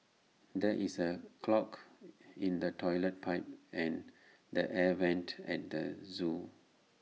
there is A clog in the Toilet Pipe and the air Vents at the Zoo